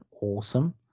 awesome